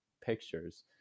pictures